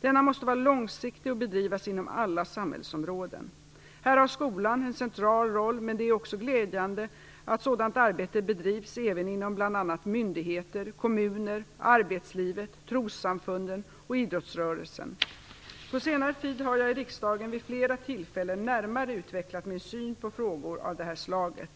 Denna måste vara långsiktig och bedrivas inom alla samhällsområden. Här har skolan en central roll, men det är också glädjande att sådant arbete bedrivs även inom bl.a. myndigheter, kommuner, arbetslivet, trossamfunden och idrottsrörelsen. På senare tid har jag i riksdagen vid flera tillfällen närmare utvecklat min syn på frågor av detta slag.